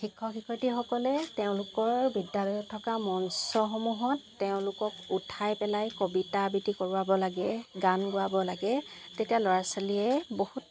শিক্ষক শিক্ষয়িত্ৰীসকলে তেওঁলোকৰ বিদ্যালয়ত থকা মঞ্চসমূহত তেওঁলোকক উঠাই পেলায় কবিতা আবৃত্তি কৰোঁৱাব লাগে গান গোৱাব লাগে তেতিয়া ল'ৰা ছোৱালীয়ে বহুত